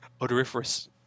Odoriferous